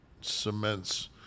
cements –